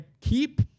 keep